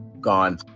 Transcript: Gone